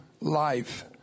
life